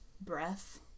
breath